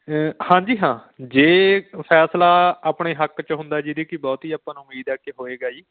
ਹਾਂਜੀ ਹਾਂ ਜੇ ਫੈਸਲਾ ਆਪਣੇ ਹੱਕ 'ਚ ਹੁੰਦਾ ਜਿਹਦੀ ਕਿ ਬਹੁਤੀ ਆਪਾਂ ਨੂੰ ਉਮੀਦ ਹੈ ਕਿ ਹੋਏਗਾ ਹੀ